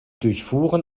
durchfuhren